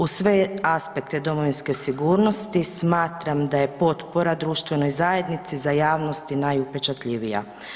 Uz sve aspekte domovinske sigurnosti smatram da je potpora društvenoj zajednici za javnosti najupečatljivija.